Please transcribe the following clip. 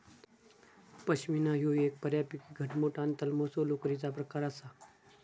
पश्मीना ह्यो एक बऱ्यापैकी घटमुट आणि तलमसो लोकरीचो प्रकार आसा